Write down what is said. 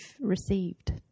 received